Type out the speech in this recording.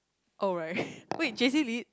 oh right wait J_C lead